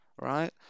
right